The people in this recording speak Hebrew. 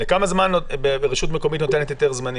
לכמה זמן רשות מקומית נותנת היתר זמני?